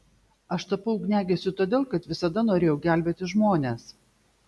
aš tapau ugniagesiu todėl kad visada norėjau gelbėti žmones